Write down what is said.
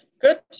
good